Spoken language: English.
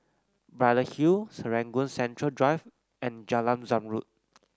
Braddell Hill Serangoon Central Drive and Jalan Zamrud